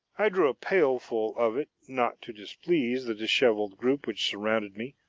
i drew a pailful of it, not to displease the disheveled group which surrounded me,